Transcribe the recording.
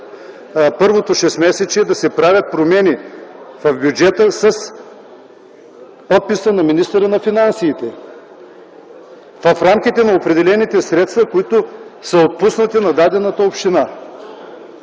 първото шестмесечие да се правят промени в бюджета с подписа на министъра на финансите, в рамките на определените средства, които са отпуснати на дадената община.